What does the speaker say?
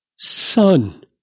Son